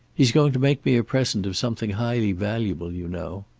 he's going to make me a present of something highly valuable, you know.